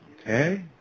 Okay